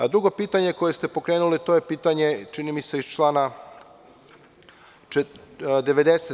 Drugo pitanje, koje ste pokrenuli je pitanje čini mi se iz člana 90.